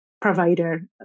provider